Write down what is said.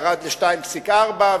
ירד ל-2.4,